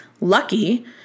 lucky